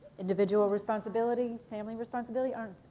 individual responsibility, family responsibility. um